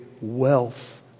wealth